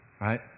right